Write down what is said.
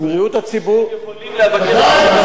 שיכולים לפנות אליה ולבקש, בוודאי.